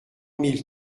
mille